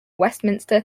westminster